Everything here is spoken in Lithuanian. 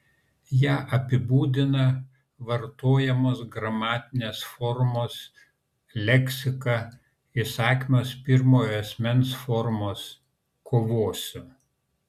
ją apibūdina vartojamos gramatinės formos leksika įsakmios pirmojo asmens formos kovosiu